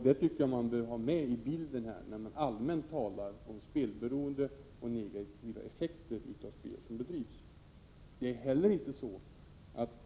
Detta tycker jag bör tas med i bilden när det allmänt talas om 24 maj 1988 spelberoende och negativa effekter av det spel som bedrivs.